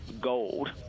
gold